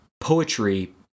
poetry